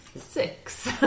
Six